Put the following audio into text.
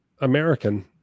American